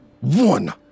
one